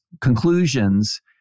conclusions